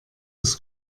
des